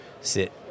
sit